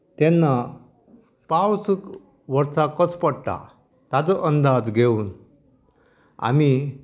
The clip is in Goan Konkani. तेन्ना पावस वर्साक कसो पडटा ताजो अंदाज घेवन आमी